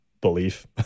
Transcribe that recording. belief